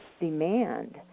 demand